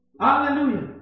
hallelujah